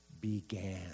began